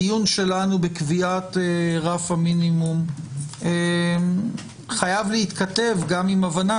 הדיון שלנו בקביעת רף המינימום חייב להתכתב גם עם הבנה